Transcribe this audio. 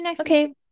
Okay